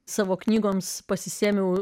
savo knygoms pasisėmiau